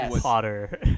Potter